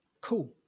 Cool